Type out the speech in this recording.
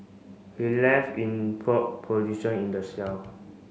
he left in prone position in the cell